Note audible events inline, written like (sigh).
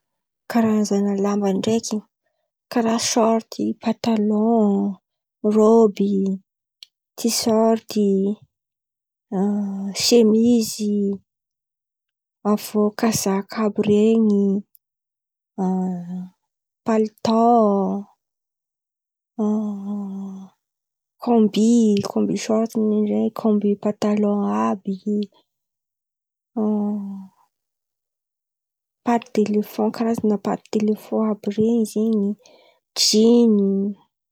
Karazan̈a lamba ndraiky: karà sority, patalon, roby, tiserity, (hesitation) semizy avo kazaka àby ren̈y, (hesitation) kômby kômby sorty ndraindray komby patalon àby (hesitation) paty delefan Karazan̈a paty delefan àby ren̈y, jina.